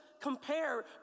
compare